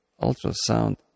ultrasound